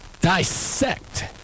dissect